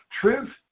truth